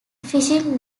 fishing